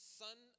son